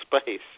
space